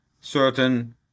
certain